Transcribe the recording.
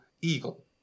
Eagle